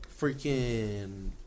freaking